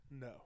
No